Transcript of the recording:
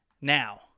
now